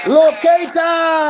locator